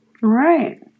Right